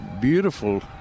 beautiful